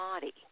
body